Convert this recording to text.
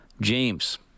James